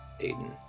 Aiden